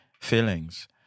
feelings